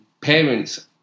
parents